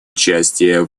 участие